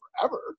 forever